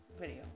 video